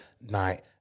night